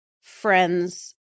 friends